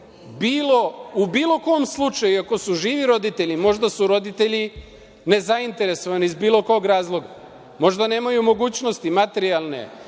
u bilo kom slučaju, iako su živi roditelji? Možda su roditelji nezainteresovani iz bilo kog razloga. Možda nemaju mogućnosti materijalne,